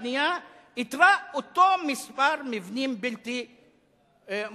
הבנייה איתרה אותו מספר מבנים בלתי מורשים